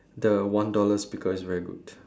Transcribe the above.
the one dollar speaker is very good